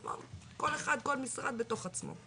כל אחד, כל משרד בתוך עצמו.